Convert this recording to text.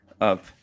up